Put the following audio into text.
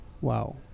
Wow